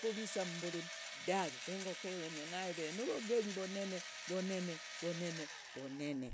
kuvisaa mumburimu dave, engoko eve novogeri vonene vonene vonene vonene.